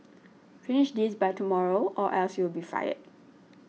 finish this by tomorrow or else you'll be fired